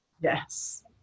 Yes